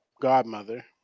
godmother